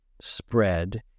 spread